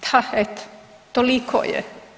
Da, eto toliko je.